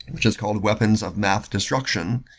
which is called weapons of math destruction,